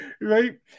Right